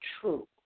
true